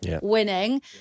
winning